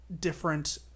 different